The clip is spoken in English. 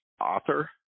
Author